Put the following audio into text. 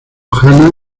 hannah